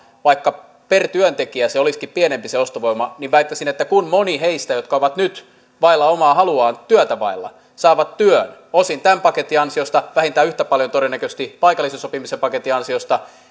vaikka per työntekijä se ostovoima olisikin pienempi niin väittäisin että kun moni heistä jotka ovat nyt vailla omaa haluaan työtä vailla saa työn osin tämän paketin ansiosta vähintään yhtä paljon todennäköisesti paikallisen sopimisen paketin ansiosta